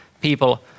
people